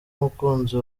umukunzi